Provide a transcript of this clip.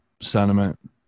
sentiment